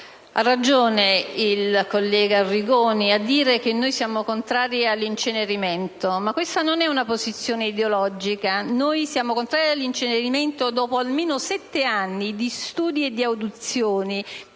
ha ragione il collega Arrigoni a dire che noi siamo contrari all'incenerimento. Ma questa non è una posizione ideologica: noi siamo contrari all'incenerimento dopo almeno sette anni di studi e audizioni,